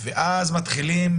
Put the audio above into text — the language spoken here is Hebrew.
כי בתחילת